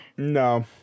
No